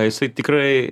jisai tikrai